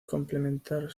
complementar